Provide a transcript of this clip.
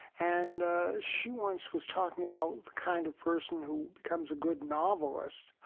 and she once was talking about the kind of person who becomes a good novelist,